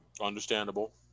Understandable